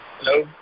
Hello